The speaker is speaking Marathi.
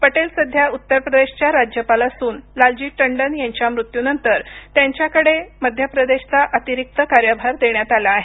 पटेल सध्या उत्तरप्रदेशच्या राज्यपाल असून लालजी टंडन यांच्या मृत्यूनंतर त्यांच्याकडे मध्यप्रदेशचा अतिरिक्त कार्यभार देण्यात आला आहे